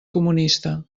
comunista